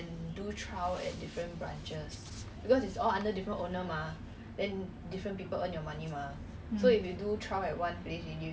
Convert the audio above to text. but I saw the changi business park 两个星期 twenty nine eh but changi lah !wah! twenty nine so cheap